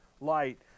light